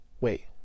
Wait